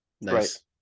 Nice